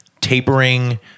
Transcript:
tapering